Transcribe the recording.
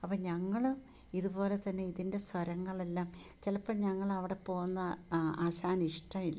അപ്പോൾ ഞങ്ങള് ഇതുപോലെത്തന്നെ ഇതിൻ്റെ സ്വരങ്ങളെല്ലാം ചിലപ്പം ഞങ്ങളവിടെ പോകുന്നത് ആശാന് ഇഷ്ടം ഇല്ല